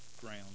ground